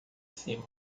cima